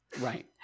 right